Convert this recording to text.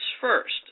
first